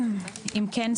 אם כן,